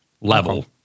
level